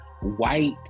white